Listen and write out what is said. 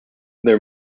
their